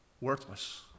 worthless